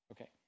Okay